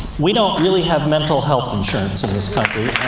we don't really have mental health insurance in this country,